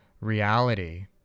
reality